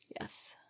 Yes